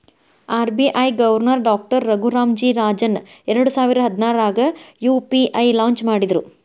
RBI governor doctor Raghuram G Rajan ಎರಡಸಾವಿರ ಹದ್ನಾರಾಗ UPI launch ಮಾಡಿದ್ರು